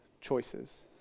choices